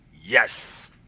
yes